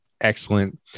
excellent